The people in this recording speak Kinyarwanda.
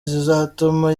zizatuma